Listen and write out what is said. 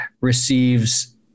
receives